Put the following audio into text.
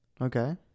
Okay